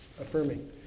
affirming